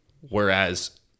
Whereas